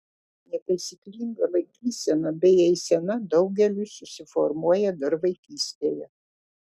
netaisyklinga laikysena bei eisena daugeliui susiformuoja dar vaikystėje